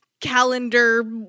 Calendar